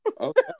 Okay